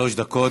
שלוש דקות.